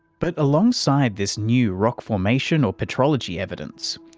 but alongside this new rock formation or patrology evidence,